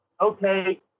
okay